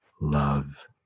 love